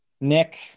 Nick